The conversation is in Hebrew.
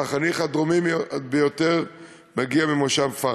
והחניך הדרומי ביותר מגיע ממושב פארן.